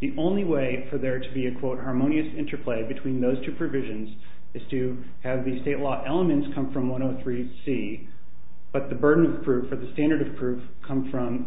the only way for there to be a quote harmonious interplay between those two provisions is to have the state law elements come from one of the three c but the burden of proof for the standard of proof comes from